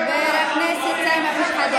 --- חבר הכנסת סמי אבו שחאדה.